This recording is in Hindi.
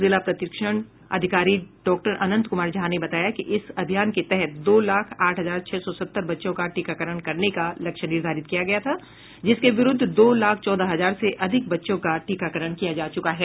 जिला प्रतिरक्षण अधिकारी डॉक्टर अनंत कुमार झा ने बताया कि इस अभियान के तहत दो लाख आठ हजार छह सौ सत्तर बच्चों का टीकाकरण करने का लक्ष्य निर्धारित किया गया था जिसके विरुद्ध दो लाख चौदह हजार से अधिक बच्चों का टीकाकरण किया जा चुका है